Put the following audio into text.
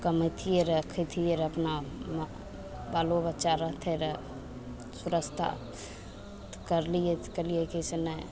कमेथिए रऽ खइथियै रऽ अपना बालो बच्चा रहतै रऽ सुरस्ता तऽ करलिये कहलियै की से नहि